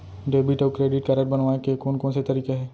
Debit अऊ credit card बनवाए के कोन कोन से तरीका हे?